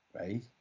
right